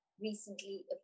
recently